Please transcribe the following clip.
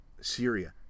Syria